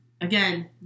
again